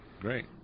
Great